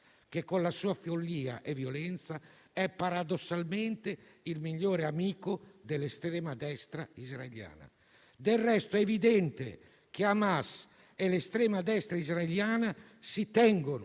che, con la sua follia e violenza, è paradossalmente il migliore amico dell'estrema destra israeliana. Del resto, è evidente che Hamas e l'estrema destra israeliana si tengono